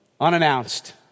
unannounced